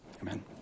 Amen